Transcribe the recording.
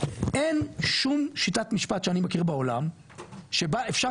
אין שום שיטת משפט שאני מכיר בעולם שבה אפשר